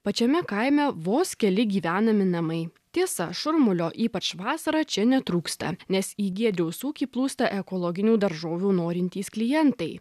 pačiame kaime vos keli gyvenami namai tiesa šurmulio ypač vasarą čia netrūksta nes į giedriaus ūkį plūsta ekologinių daržovių norintys klientai